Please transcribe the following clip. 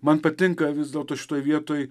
man patinka vis dėlto šitoj vietoj